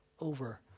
over